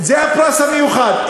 זה הפרס המיוחד.